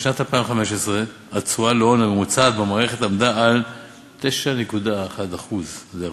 בשנת 2015 התשואה להון הממוצעת במערכת הייתה 9.1% זה הרבה,